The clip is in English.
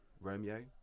Romeo